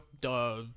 duh